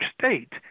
State